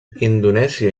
indonèsia